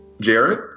Jared